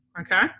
okay